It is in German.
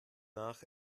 nach